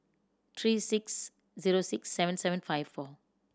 three six zero six seven seven five four